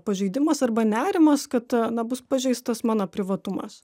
pažeidimas arba nerimas kad na bus pažeistas mano privatumas